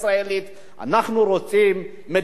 אנחנו רוצים מדינה אחרת,